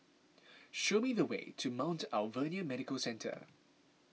show me the way to Mount Alvernia Medical Centre